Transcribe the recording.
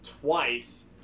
twice